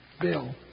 Bill